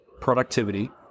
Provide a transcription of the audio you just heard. productivity